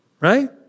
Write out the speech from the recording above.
Right